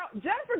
Jennifer